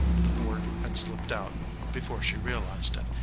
the word had slipped out before she realized it,